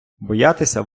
боятися